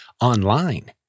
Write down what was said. online